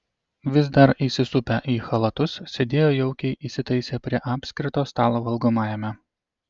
vis dar įsisupę į chalatus sėdėjo jaukiai įsitaisę prie apskrito stalo valgomajame